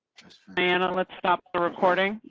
and and let's stop the recording.